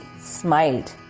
Smiled